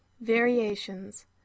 Variations